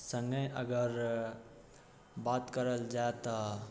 सङ्गे अगर बात करल जाए तऽ